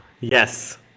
yes